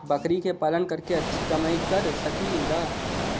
बकरी के पालन करके अच्छा कमाई कर सकीं ला?